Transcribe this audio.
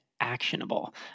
actionable